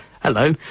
Hello